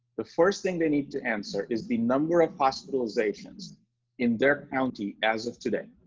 the first thing they need to answer is the number of hospitalizations in their county as of today.